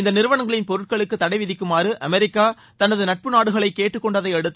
இந்த நிறுவனங்களின் பொருட்களுக்கு தடை விதிக்குமாறு அமெரிக்கா தனது நட்பு நாடுகளை கேட்டுக்கொண்டதை அடுத்து